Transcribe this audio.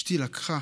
אשתי לקחה